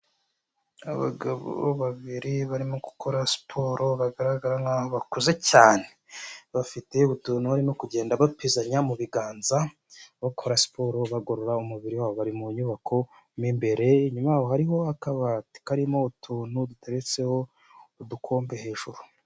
Abagabo babiri barimo gukora siporo bagaragara nkaho bakuze cyane, bafite utuntu barimo kugenda bapezanya mu biganza bakora siporo, bagorora umubiri wabo bari mu nyubako mu imbere, inyuma yabo hariho akabati karimo utuntu duteretseho udukombe hejuru.